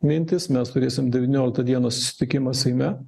mintys mes turėsim devynioliktą dieną susitikimą seime